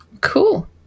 Cool